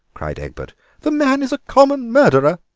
cried egbert the man is a common murderer.